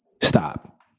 stop